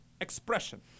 Expression